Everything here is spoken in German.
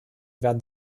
werden